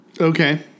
Okay